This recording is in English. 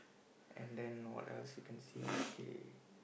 and then what else you can see okay